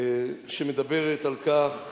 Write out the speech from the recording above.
שמדברת על כך